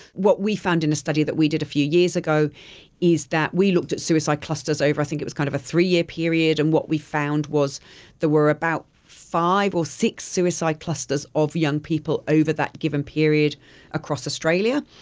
what we found in a study that we did a few years ago is that we looked at suicide clusters over i think it was kind of a three-year period, and what we found was there were about five or six suicide clusters of young people over that given period across australia.